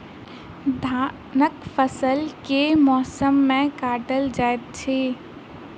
धानक फसल केँ मौसम मे काटल जाइत अछि?